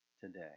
today